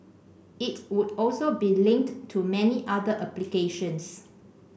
it would also be linked to many other applications